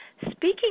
Speaking